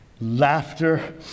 Laughter